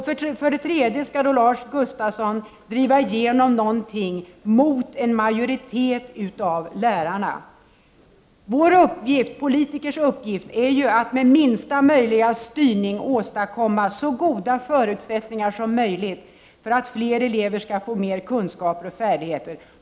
För det tredje skall Lars Gustafsson driva igenom någonting mot en majoritetsuppfattning bland lärarna. Politikers uppgift är ju att med minsta möjliga styrning åstadkomma så goda förutsättningar som möjligt för att fler elever skall få kunskaper och färdigheter.